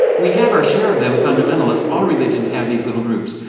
we have our share of them fundamentalist. all religions have these little groups.